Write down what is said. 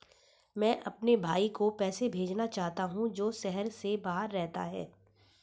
मैं अपने भाई को पैसे भेजना चाहता हूँ जो शहर से बाहर रहता है